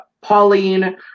Pauline